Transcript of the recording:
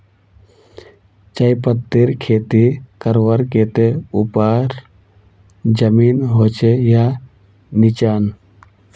चाय पत्तीर खेती करवार केते ऊपर जमीन होचे या निचान?